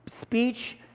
speech